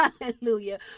Hallelujah